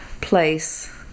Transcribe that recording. place